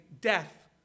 death